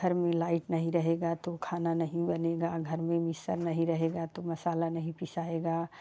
घर में लाइट नहीं रहेगा तो खाना नहीं बनेगा घर में मिक्सर नहीं रहेगा तो मसाला नहीं पीसाएगा